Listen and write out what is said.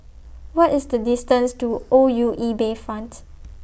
What IS The distance to O U E Bayfront